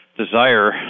desire